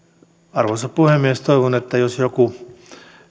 arvoisa puhemies toivon että jos joku